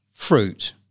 Fruit